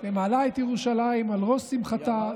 ומעלה את ירושלים על ראש שמחתה,